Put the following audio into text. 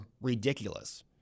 ridiculous